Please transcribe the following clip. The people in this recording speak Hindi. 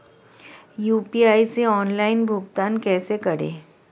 यू.पी.आई से ऑनलाइन भुगतान कैसे करें?